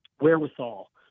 wherewithal